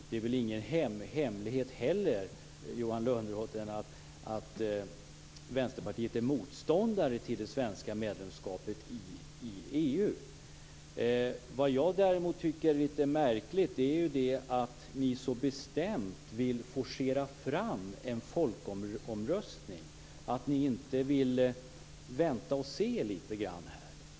Det är väl ingen hemlighet, Johan Lönnroth, att Vänsterpartiet är motståndare till det svenska medlemskapet i Jag tycker däremot att det är litet märkligt att ni så bestämt vill forcera fram en folkomröstning, att ni inte vill vänta och se litet grand.